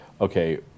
okay